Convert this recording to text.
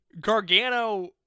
Gargano